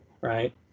right